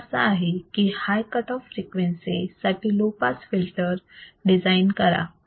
प्रश्न असा आहे की हाय कट ऑफ फ्रिक्वेन्सी साठी लो पास फिल्टर डिझाईन करा